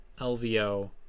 LVO